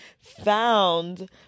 found